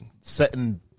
setting